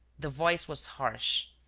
the voice was harsh,